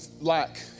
lack